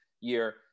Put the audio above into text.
year